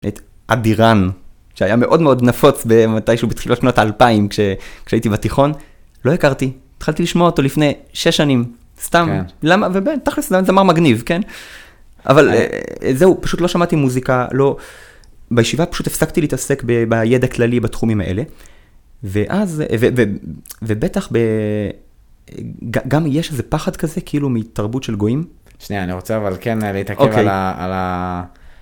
את עדי רן שהיה מאוד מאוד נפוץ במתישהו בתחילות שנות אלפיים כשהייתי בתיכון לא הכרתי התחלתי לשמוע אותו לפני שש שנים סתם למה ובאמת תכלס זמר מגניב כן אבל זהו פשוט לא שמעתי מוזיקה לא בישיבה פשוט הפסקתי להתעסק בידע כללי בתחומים האלה ואז ובטח באאא גם יש איזה פחד כזה כאילו מתרבות של גויים שנייה אני רוצה אבל כן להתעקב על ה על ה